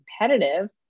competitive